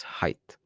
height